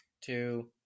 two